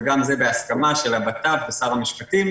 וגם זה בהסכמה של הבט"פ ושר המשפטים.